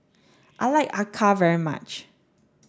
I like Acar very much